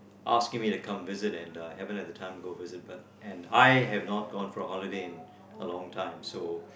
asking me to come visit and uh haven't had the time to go overseas but and I have not gone for a holiday in a long time so